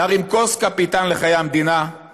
/ נרים כוס, קפיטן, לחיי המדינה /